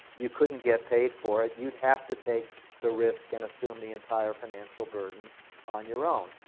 you couldn't get paid for it. you'd have to take the risk and assume the entire financial burden on your own,